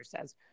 says